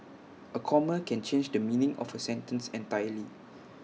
A comma can change the meaning of A sentence entirely